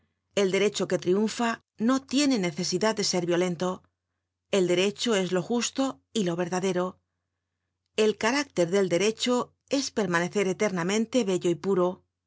el derecho que triunfa no tiene necesidad de ser violento el derecho es lo justo y lo verdadero el carácter del derecho es permanecer enternamente bello y puro el